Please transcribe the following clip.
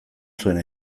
zuen